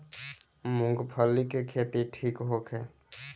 मूँगफली के खेती ठीक होखे?